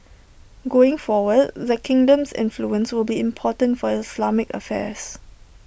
going forward the kingdom's influence will be important for Islamic affairs